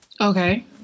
Okay